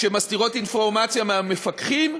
שהן מסתירות אינפורמציה מהמפקחים.